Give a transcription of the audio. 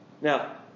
Now